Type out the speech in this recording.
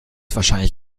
wahrscheinlich